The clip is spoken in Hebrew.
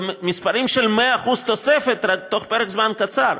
במספרים של 100% תוספת תוך פרק זמן קצר,